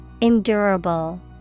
Endurable